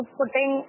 putting